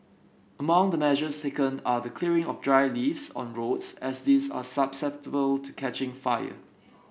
among the measures taken are the clearing of dry leaves on roads as these are susceptible to catching fire